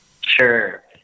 Sure